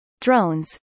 drones